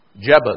Jebus